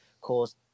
cause